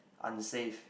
unsafe